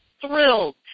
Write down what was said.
thrilled